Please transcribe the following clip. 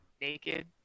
naked